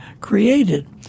created